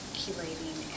chelating